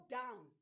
down